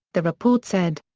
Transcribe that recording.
the report said.